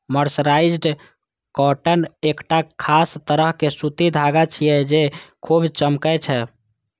mercerised cotton एकटा खास तरह के सूती धागा छियै, जे खूब चमकै छै